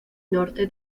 norte